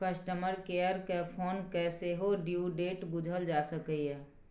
customer care केँ phone कए सेहो ड्यु डेट बुझल जा सकैए